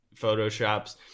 photoshops